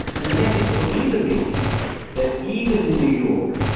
and the message will either be that even in new york,